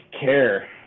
care